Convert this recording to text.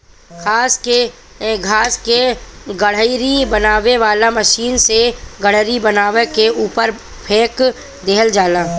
घास क गठरी बनावे वाला मशीन से गठरी बना के ऊपर फेंक देहल जाला